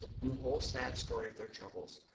and the whole sad story of their troubles.